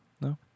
No